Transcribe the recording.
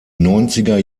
neunziger